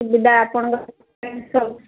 ଯିବା ଆପଣଙ୍କ